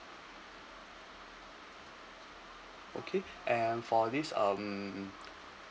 okay and for this um